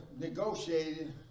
negotiated